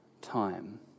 time